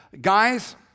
Guys